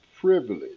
privilege